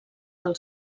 del